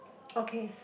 okay